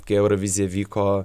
kai eurovizija vyko